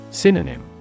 Synonym